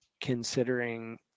considering